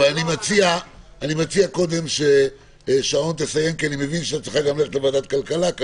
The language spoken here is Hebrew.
אבל אני מציע ששרון תסיים כי אני מבין שהיא צריכה גם ללכת לוועדת כלכלה,